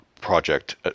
project